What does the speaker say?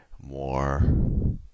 more